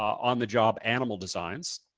on the job animal designs.